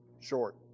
Short